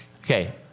Okay